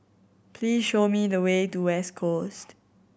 please show me the way to West Coast